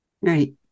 right